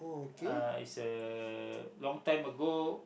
uh it's a long time ago